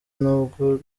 n’ubwo